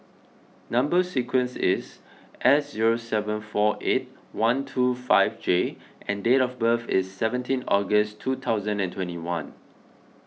Number Sequence is S zero seven four eight one two five J and date of birth is seventeen August two thousand and twenty one